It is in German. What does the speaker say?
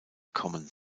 kommen